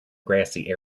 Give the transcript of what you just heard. grassy